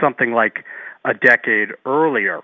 something like a decade earlier